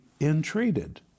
entreated